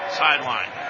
sideline